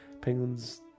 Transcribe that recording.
Penguins